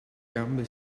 gambe